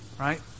Right